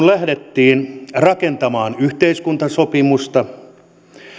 lähdettiin rakentamaan yhteiskuntasopimusta